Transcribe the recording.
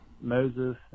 Moses